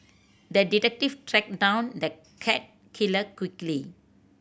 the detective tracked down the cat killer quickly